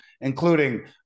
including